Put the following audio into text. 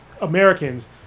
Americans